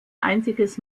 einziges